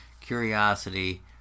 curiosity